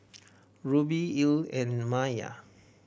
Rubie Ilene and Maia